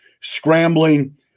scrambling